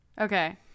okay